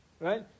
Right